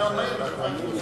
אני מעיר לחברי הכנסת,